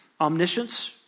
Omniscience